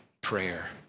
prayer